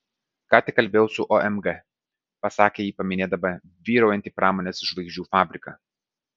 ką tik kalbėjau su omg pasakė ji paminėdama vyraujantį pramonės žvaigždžių fabriką